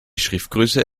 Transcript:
schriftgröße